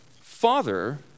father